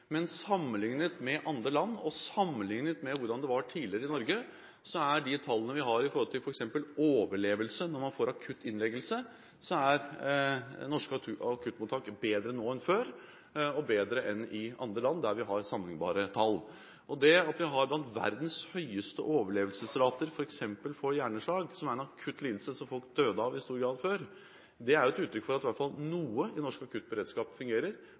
Men sammenlignet med andre land og sammenlignet med hvordan det var tidligere i Norge, er de tallene vi har for norske akuttmottak når det gjelder f.eks. overlevelse når man får akutt innleggelse, bedre nå enn før og bedre enn i andre land der vi har sammenlignbare tall. Det at vi har noen av verdens høyeste overlevelsesrater f.eks. for hjerneslag, som er en akutt lidelse som folk i stor grad døde av før, er et uttrykk for at iallfall noe i norsk akuttberedskap fungerer,